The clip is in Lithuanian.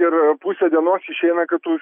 ir pusė dienos išeina kad tu